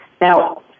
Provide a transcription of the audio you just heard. Now